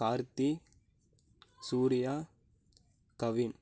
Karthi Suriya Kavin